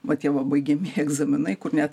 va tie va baigiamieji egzaminai kur net